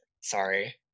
sorry